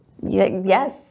Yes